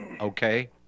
Okay